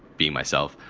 be myself.